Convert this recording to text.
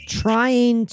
trying